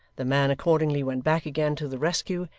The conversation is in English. the man, accordingly, went back again to the rescue,